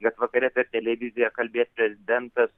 net vakare per televiziją kalbės prezidentas